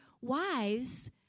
wives